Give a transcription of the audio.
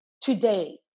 today